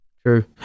true